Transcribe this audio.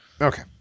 Okay